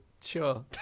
sure